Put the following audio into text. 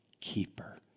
keeper